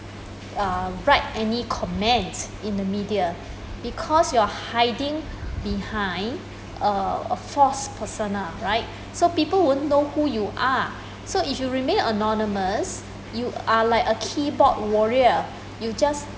uh write any comments in the media because you're hiding behind uh a false persona right so people won't know who you are so if you remain anonymous you are like a keyboard warrior you just